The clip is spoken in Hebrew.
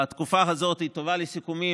התקופה הזאת טובה לסיכומים,